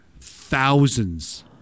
thousands